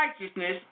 righteousness